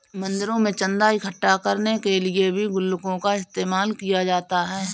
मंदिरों में चन्दा इकट्ठा करने के लिए भी गुल्लकों का इस्तेमाल किया जाता है